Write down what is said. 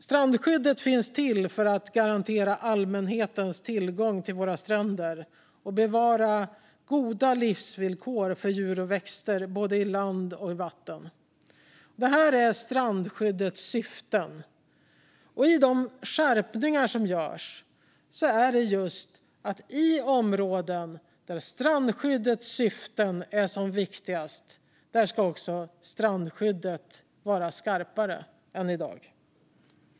Strandskyddet finns till för att garantera allmänhetens tillgång till våra stränder och för att bevara goda livsvillkor för djur och växter, både på land och i vatten. Det är strandskyddets syften. De skärpningar som föreslås handlar just om att strandskyddet vara skarpare än i dag i de områden där strandskyddets syften är som viktigast.